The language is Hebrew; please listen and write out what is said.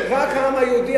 רק העם היהודי,